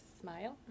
smile